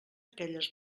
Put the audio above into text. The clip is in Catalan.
aquelles